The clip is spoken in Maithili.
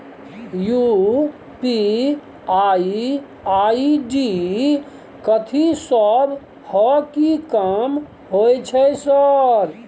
यु.पी.आई आई.डी कथि सब हय कि काम होय छय सर?